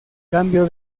cambio